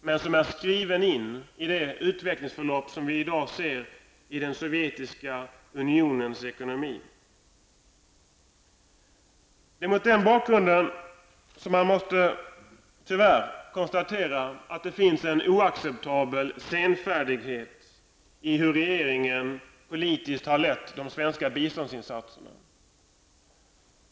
Men det är inskrivet i det utvecklingsförlopp som vi i dag ser i den sovjetiska unionens ekonomi. Mot den bakgrunden måste man tyvärr konstatera att det finns en oacceptabel senfärdighet i hur regeringen politiskt har lett de svenska biståndsinsatserna.